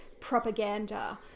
propaganda